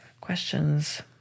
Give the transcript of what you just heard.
questions